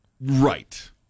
right